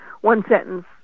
one-sentence